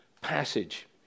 passage